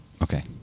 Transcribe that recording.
Okay